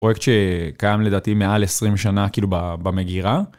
פרויקט שקיים לדעתי מעל 20 שנה כאילו במגירה.